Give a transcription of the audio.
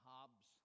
Hobbes